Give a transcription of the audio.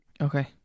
Okay